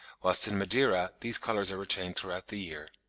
whilst in madeira these colours are retained throughout the year.